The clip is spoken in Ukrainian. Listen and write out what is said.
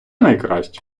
найкраще